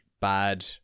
bad